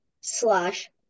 slash